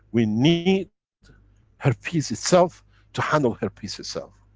we need herpes itself to handle herpes itself.